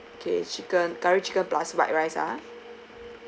okay chicken curry chicken plus white rice ah